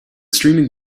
streaming